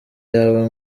yawe